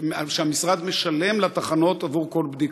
שהמשרד משלם לתחנות עבור כל בדיקה.